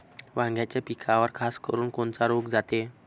वांग्याच्या पिकावर खासकरुन कोनचा रोग जाते?